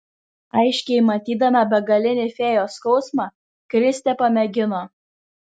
aiškiai matydama begalinį fėjos skausmą kristė pamėgino